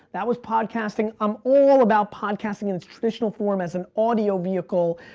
that was podcasting. i'm all about podcasting in its traditional form as an audio vehicle.